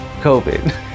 COVID